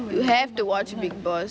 you have to watch bigg boss